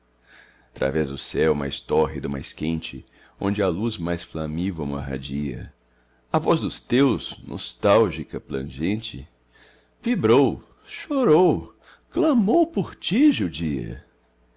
través o céu mais tórrido mais quente onde a luz mais flamívoma radia a voz dos teus nostálgica plangente vibrou chorou clamou por ti judia